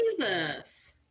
Jesus